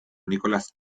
nicolas